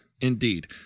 indeed